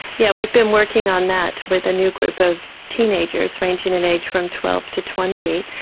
yeah we've been working on that with a new group of teenagers ranging in age from twelve to twenty.